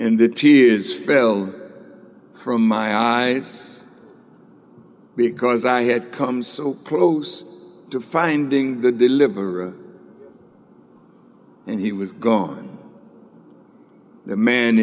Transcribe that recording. and the tears fell from my eyes because i had come so close to finding the deliverer and he was gone